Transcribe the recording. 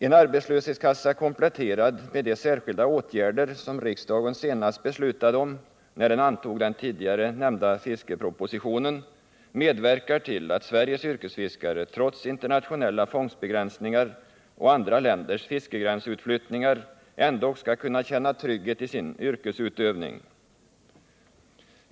En arbetslöshetskassa, kompletterad med de särskilda åtgärder som riksdagen senast beslutade om när den antog den tidigare nämnda fiskepro positionen, medverkar till att Sveriges yrkesfiskare, trots internationella fångstbegränsningar och andra länders fiskegränsutflyttningar, ändock skall kunna känna trygghet i sin yrkesutövning.